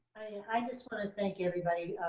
i just wanna thank everybody,